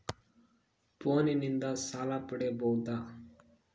ಫೋನಿನಿಂದ ಸಾಲ ಪಡೇಬೋದ?